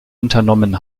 unternommen